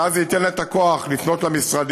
ואז זה ייתן לה את הכוח לפנות למשרדים,